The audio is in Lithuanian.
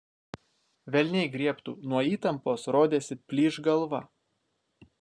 velniai griebtų nuo įtampos rodėsi plyš galva